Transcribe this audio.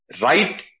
Right